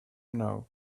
know